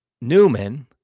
Newman